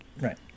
Right